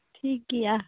ᱴᱷᱤᱠᱜᱮᱭᱟ